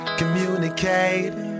communicate